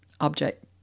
object